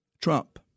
Trump